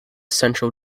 central